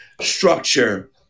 structure